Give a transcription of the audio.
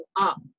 up